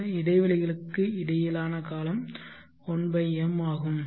இந்த இடைவெளிகளுக்கு இடையிலான காலம் 1 m ஆகும்